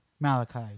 Malachi